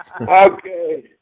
Okay